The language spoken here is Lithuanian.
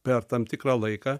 per tam tikrą laiką